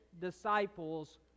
disciples